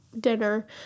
dinner